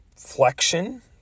flexion